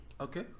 okay